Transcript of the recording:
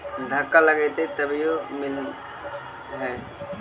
धक्का लगतय तभीयो मिल है?